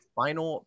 final